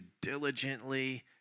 diligently